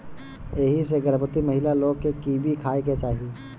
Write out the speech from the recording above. एही से गर्भवती महिला लोग के कीवी खाए के चाही